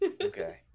Okay